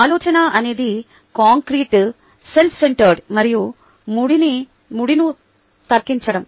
ఆలోచన అనేది concrete self centered మరియు ముడిను తార్కిoచడం